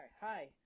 hi